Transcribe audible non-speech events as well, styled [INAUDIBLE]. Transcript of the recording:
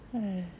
[NOISE]